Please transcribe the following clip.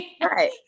Right